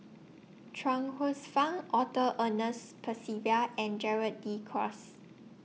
Chuang Hsueh Fang Arthur Ernest Percival and Gerald De Cruz